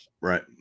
Right